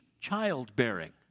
childbearing